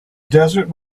desert